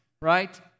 Right